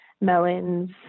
melons